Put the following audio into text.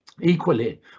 Equally